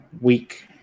week